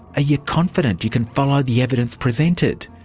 you confident you can follow the evidence presented?